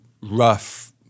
rough